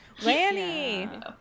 Lanny